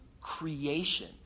creation